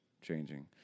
changing